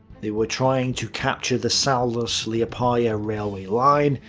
they were trying to capture the saldus-liepaja railway line,